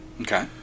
Okay